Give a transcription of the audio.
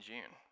June